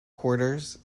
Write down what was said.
quarters